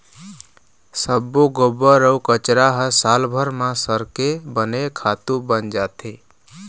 सब्बो गोबर अउ कचरा ह सालभर म सरके बने खातू बन जाथे